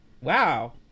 Wow